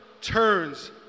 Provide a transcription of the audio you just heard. turns